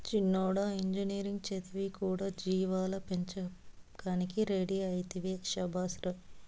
చిన్నోడా ఇంజనీరింగ్ చదివి కూడా జీవాల పెంపకానికి రెడీ అయితివే శభాష్ రా